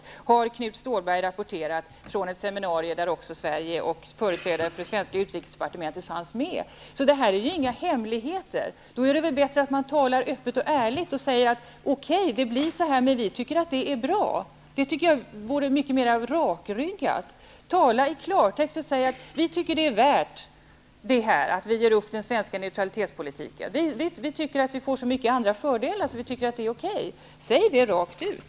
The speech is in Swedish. Detta har Knut Stålberg rapporterat från ett seminarium, där också Sverige och företrädare för det svenska utrikesdepartementet fanns med. Detta är ingen hemlighet. Det är bättre att man talar öppet och ärligt och säger: Okej, det blir så här, men vi tycker att det är bra. Det vore mycket mer rakryggat. Tala klarspråk och säg: Vi tycker att det är värt att ge upp den svenska neutralitetspolitiken. Vi får så många andra fördelar att vi tycker att det är okej. Säg det rakt ut!